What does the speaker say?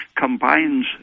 combines